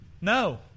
No